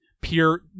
pure